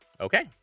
Okay